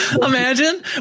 imagine